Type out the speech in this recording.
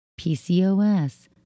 PCOS